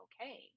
okay